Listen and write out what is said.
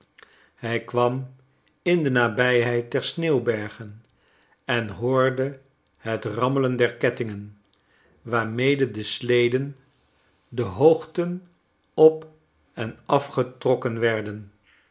hij kwam in de nabijheid der sneeuwbergen en hoorde het rammelen der kettingen waarmede de sleden de hoogten op en afgetrokken werden